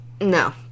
No